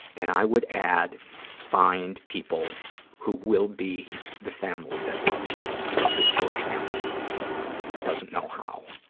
and i would add find people who will be the family that loves you, because your family doesn't know how.